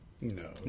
No